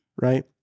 right